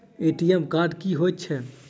ATM card की हएत छै?